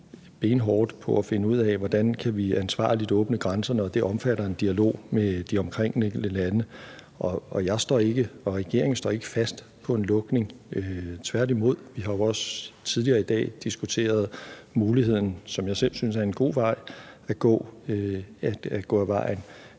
benhårdt på at finde ud af, hvordan vi ansvarligt kan åbne grænserne. Og det omfatter en dialog med de omkringliggende lande. Jeg og regeringen står ikke fast på en lukning. Tværtimod har vi jo også tidligere i dag diskuteret muligheden, som jeg selv synes er en god vej at gå, for